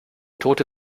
tote